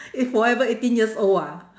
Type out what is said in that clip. you forever eighteen years old ah